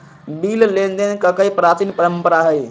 bill लेनदेन कके प्राचीन परंपरा हइ